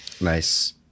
nice